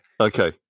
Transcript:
Okay